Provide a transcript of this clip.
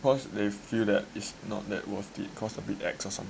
because they feel that is not that worth it cause a bit ex or something